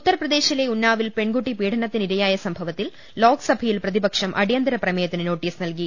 ഉത്തർപ്രദേശിലെ ഉന്നാവിൽ പെൺകുട്ടി പീഡനത്തിന് ഇരയായ സംഭവത്തിൽ ലോക്സഭയിൽ പ്രതിപക്ഷം അടിയന്തര പ്രമേയത്തിന് നോട്ടീസ് നൽകി